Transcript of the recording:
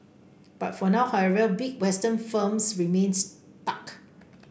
but for now however big Western firms remain stuck